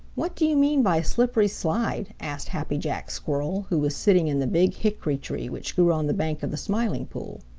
what do you mean by a slippery slide? asked happy jack squirrel, who was sitting in the big hickory-tree which grew on the bank of the smiling pool.